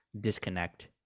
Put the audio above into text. disconnect